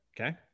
Okay